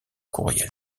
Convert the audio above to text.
courriel